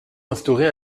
instaurer